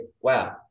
Wow